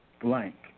blank